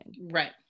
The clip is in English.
Right